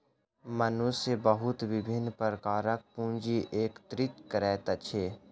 मनुष्य बहुत विभिन्न प्रकारक पूंजी एकत्रित करैत अछि